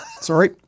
Sorry